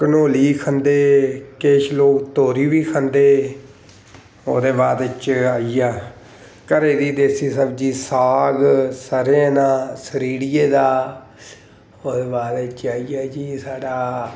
कंढोली खंदे किश लोग तोरियां बी खंदे ओह्दे बाद बिच आई गेआ घरै दी देसी सब्जी साग स'रेआं दा सरीड़ी दा साग ओह्दे बाद बिच आई गेआ जी साढ़ा